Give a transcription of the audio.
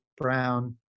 brown